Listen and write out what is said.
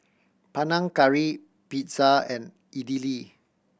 Panang Curry Pizza and Idili